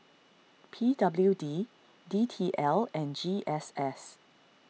P W D D T L and G S S